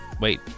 Wait